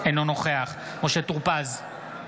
אינו נוכח משה טור פז,